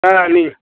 அதெலாம் இல்லைங்க